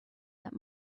that